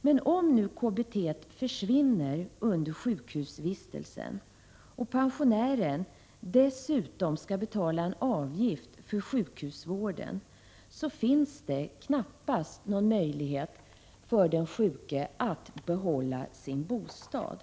Men om nu det kommunala bostadstillägget försvinner under sjukhusvistelsen och pensionären dessutom skall betala en avgift för sjukhusvården, finns det — Prot. 1986/87:119 knappast någon möjlighet för den sjuke att behålla sin bostad.